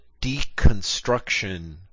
deconstruction